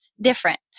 different